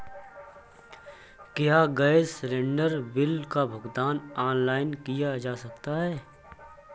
क्या gas cylinder bill का भुगतान ऑनलाइन किया जा सकता है?